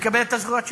לקבל את הזכויות שלהם.